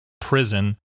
prison